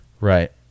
Right